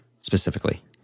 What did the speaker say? specifically